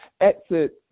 exit